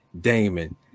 Damon